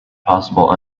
possible